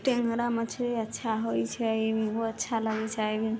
टेङ्गरा मछली अच्छा होइ छै उहो अच्छा लगै छै